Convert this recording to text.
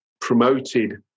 promoted